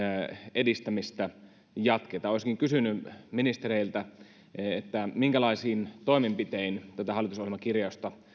edistämistä jatketaan olisinkin kysynyt ministereiltä minkälaisin toimenpitein tätä hallitusohjelmakirjausta